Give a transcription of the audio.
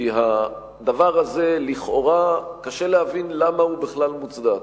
כי לכאורה קשה להבין למה הדבר הזה בכלל מוצדק.